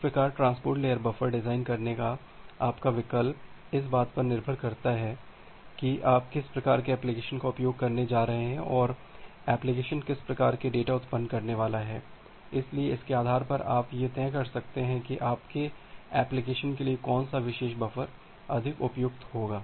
इस प्रकार transport layer buffer design करने का आपका विकल्प इस बात पर निर्भर करता है कि आप किस प्रकार के एप्लिकेशन का उपयोग करने जा रहे हैं और एप्लिकेशन किस प्रकार के डेटा उत्पन्न करने वाले हैं इसलिए इसके आधार पर आप यह तय कर सकते हैं कि आपके एप्लीकेशन के लिए कौन सा विशेष बफर अधिक उपयुक्त होगा